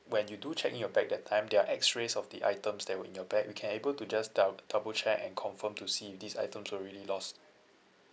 when you do check in your bag that time there are X-rays of the items that were in your bag we can able to just dou~ double check and confirm to see if these items were really lost